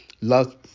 Love